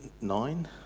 Nine